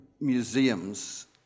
museums